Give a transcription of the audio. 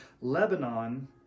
Lebanon